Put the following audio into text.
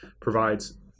provides